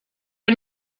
are